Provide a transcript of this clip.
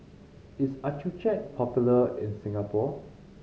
is Accucheck popular in Singapore